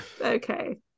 Okay